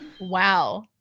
Wow